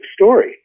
story